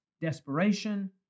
desperation